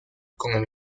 con